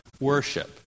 worship